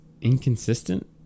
inconsistent